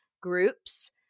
groups